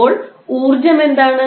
അപ്പോൾ ഊർജ്ജം എന്താണ്